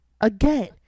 again